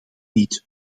niet